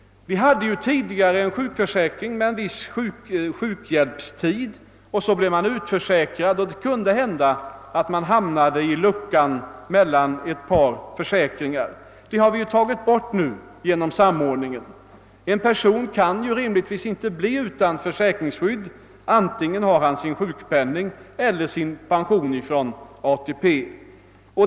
Tidigare hade vi en sjukförsäkring vid vilken sjukhjälp utgick under viss tid. Sedan var man utförsäkrad. Då kunde man hamna i luckan mellan ett par försäkringar. Den risken har eliminerats genom samordningen. Nu kan en person rimligen inte bli utan försäkringsskydd. Han har antingen sin sjukpenning eller pension från ATP.